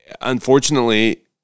unfortunately